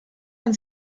man